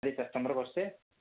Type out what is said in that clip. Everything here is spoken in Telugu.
అదే సార్ తొందరగా వస్తే